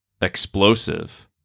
explosive